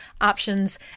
options